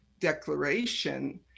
declaration